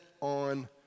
on